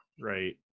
Right